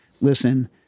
listen